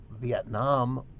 Vietnam